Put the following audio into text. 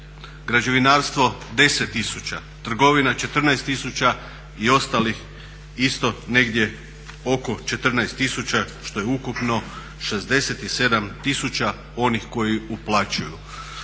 građevinarstvo 10 tisuća, trgovina 14 tisuća i ostalih isto negdje oko 14 tisuća što je ukupno 67 tisuća onih koji uplaćuju.